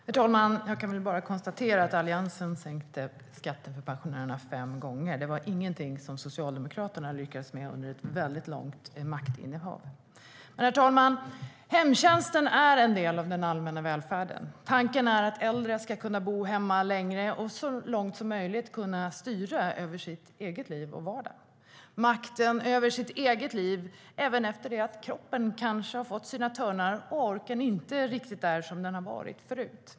Herr talman! Jag kan bara konstatera att Alliansen sänkte skatten för pensionärerna fem gånger. Det var ingenting som Socialdemokraterna lyckades med under ett väldigt långt maktinnehav. Herr talman! Hemtjänsten är en del av den allmänna välfärden. Tanken är att äldre ska kunna bo hemma längre och så långt som möjligt kunna styra över sitt eget liv och vardag - makten över sitt eget liv även efter det att kroppen kanske fått sina törnar och orken inte riktigt är som den har varit förut.